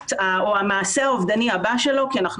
האקט או המעשה האובדני הבא שלו כי אנחנו